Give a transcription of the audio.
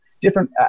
different